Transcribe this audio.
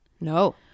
No